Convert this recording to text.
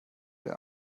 der